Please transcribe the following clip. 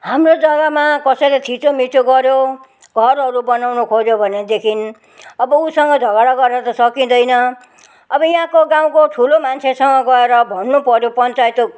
हाम्रो जग्गामा कसैले थिचोमिचो गऱ्यो घरहरू बनाउनु खोज्यो भनेदेखि अब उसँग झगडा गरेर सकिँदैन अब यहाँको गाउँको ठुलो मान्छेसँग गएर भन्नुपऱ्यो पञ्चायत